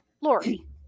Lori